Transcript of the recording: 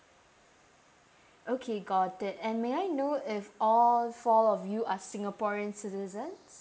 okay got it and may I know if all four of you are singaporeans citizens